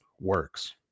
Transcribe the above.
works